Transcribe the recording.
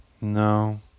no